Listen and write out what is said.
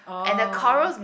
oh